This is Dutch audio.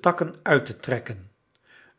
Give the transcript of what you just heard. takken uit te trekken